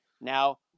Now